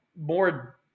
more